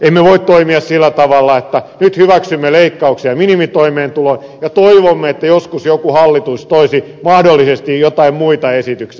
emme voi toimia sillä tavalla että nyt hyväksymme leikkauksia minimitoimeentuloon ja toivomme että joskus joku hallitus toisi mahdollisesti jotain muita esityksiä